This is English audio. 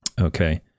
okay